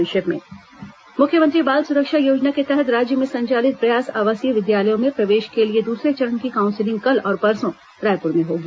संक्षिप्त समाचार मुख्यमंत्री बाल सुरक्षा योजना के तहत राज्य में संचालित प्रयास आवासीय विद्यालयों में प्रवेश के लिए दूसरे चरण की काउंसिलिंग कल और परसों रायपुर में होगी